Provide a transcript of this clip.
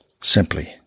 Simply